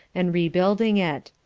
and rebuilding it.